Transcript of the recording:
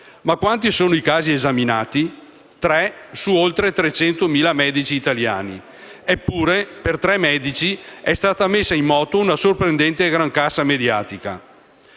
Ma quanti sono i casi esaminati? Tre su oltre 300.000 medici. Eppure per tre medici è stata messa in moto una sorprendente grancassa mediatica.